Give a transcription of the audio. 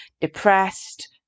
depressed